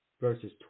verses